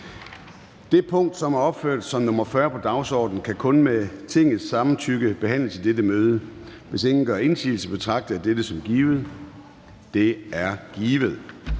Det punkt, som er opført som nr. 40 på dagsordenen, kan kun med Tingets samtykke behandles i dette møde. Hvis ingen gør indsigelse, betragter jeg dette som givet. Det er givet.